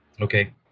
Okay